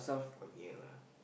quite near lah